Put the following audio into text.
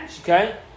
Okay